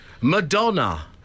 Madonna